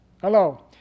Hello